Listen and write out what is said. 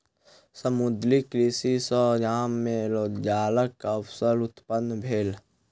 समुद्रीय कृषि सॅ गाम मे रोजगारक अवसर उत्पन्न भेल